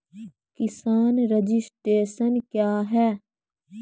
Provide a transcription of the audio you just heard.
किसान रजिस्ट्रेशन क्या हैं?